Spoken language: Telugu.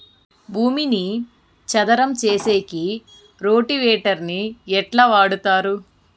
భూమిని చదరం సేసేకి రోటివేటర్ ని ఎట్లా వాడుతారు?